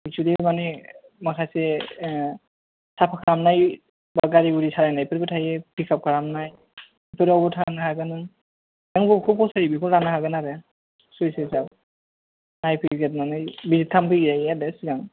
actually माने माखासे साफा खालामनाय बा गारि गुरि सालायनायफोरबो थायो पिक आप खालामनाय बेफोरावबो थानो हागोन नों माखौ फसायो बेखौनो लानो हागोन आरो सुइपार नायफैगोरनानै भिसित खालामफैनो हायो आरो सिगां